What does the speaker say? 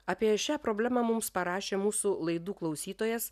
apie šią problemą mums parašė mūsų laidų klausytojas